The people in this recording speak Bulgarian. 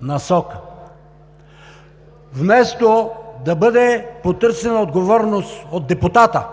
насока. Вместо да бъде потърсена отговорност от депутата,